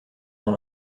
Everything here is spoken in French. dans